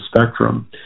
spectrum